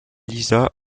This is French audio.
lisa